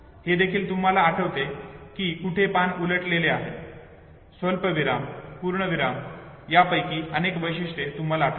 हे देखील तुम्हाला आठवते किकुठे पान उलटवलेले आहे स्वल्पविराम पूर्णविराम यापैकी अनेक वैशिष्ट्ये तुम्हाला आठवतात